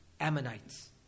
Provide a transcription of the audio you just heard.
Ammonites